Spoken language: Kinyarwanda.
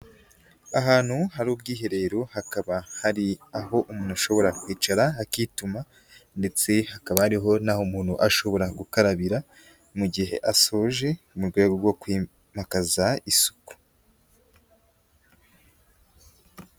Ahantu hari ubwiherero, hakaba hari aho umuntu ashobora kwicara akituma ndetse hakaba hariho n'aho umuntu ashobora gukarabira mu gihe asoje mu rwego rwo kwimakaza isuku.